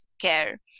care